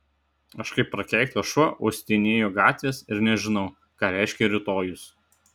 aš kaip prakeiktas šuo uostinėju gatves ir nežinau ką reiškia rytojus